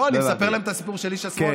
לא, אני מספר להם את הסיפור של איש השמאל.